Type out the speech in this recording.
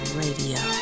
radio